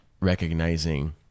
recognizing